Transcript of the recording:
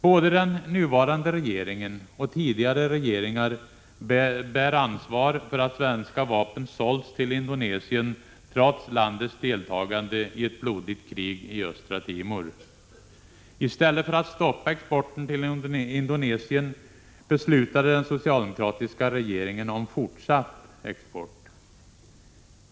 Både den nuvarande regeringen och tidigare regeringar bär ansvar för att svenska vapen sålts till Indonesien, trots landets deltagande i ett blodigt krig i Östra Timor. I stället för att stoppa exporten till Indonesien beslutade den socialdemokratiska regeringen om fortsatt export.